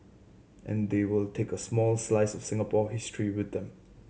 and they will take a small slice of Singapore history with them